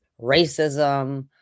racism